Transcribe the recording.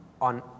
on